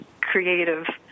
creative